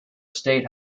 state